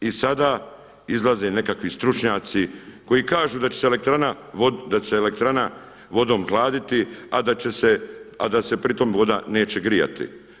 I sada izlaze nekakvi stručnjaci koji kažu da će se elektrana vodom hladiti, a da se pri tom voda neće grijati.